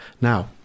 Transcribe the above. Now